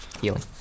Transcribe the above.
Healing